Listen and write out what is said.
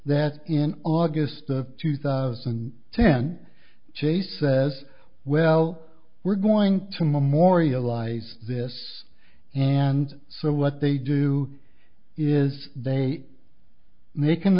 that in august of two thousand and ten chase says well we're going to memorialize this and so what they do is they make an